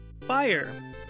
fire